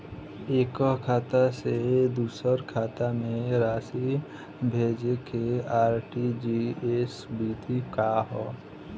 एकह खाता से दूसर खाता में राशि भेजेके आर.टी.जी.एस विधि का ह?